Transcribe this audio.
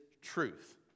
truth